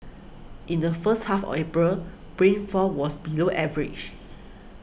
in the first half of April rainfall was below average